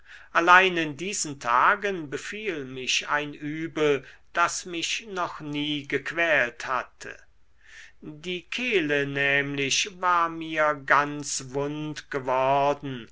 allein in diesen tagen befiel mich ein übel das mich noch nie gequält hatte die kehle nämlich war mir ganz wund geworden